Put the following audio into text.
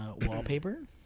wallpaper